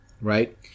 right